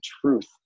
truth